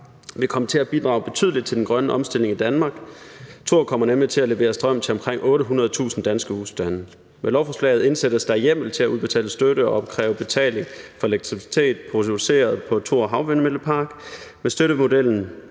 vil komme til at bidrage betydeligt til den grønne omstilling i Danmark. Den kommer nemlig til at levere strøm til omkring 800.000 husstande. Med lovforslaget indsættes der hjemmel til at udbetale støtte og opkræve betaling for elektricitet produceret på Thor Havvindmøllepark.